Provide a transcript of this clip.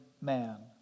man